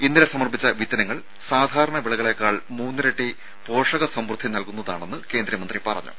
ഇന്നലെ സമർപ്പിച്ച വിത്തിനങ്ങൾ സാധാരണ വിളകളേക്കാൾ മൂന്നിരട്ടി പോഷക സമൃദ്ധി നൽകുന്നതാണെന്ന് കേന്ദ്രമന്ത്രി പറഞ്ഞു